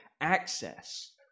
access